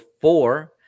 four